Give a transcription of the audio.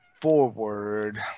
forward